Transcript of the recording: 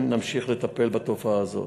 נמשיך לטפל בתופעה הזאת.